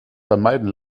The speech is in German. vermeiden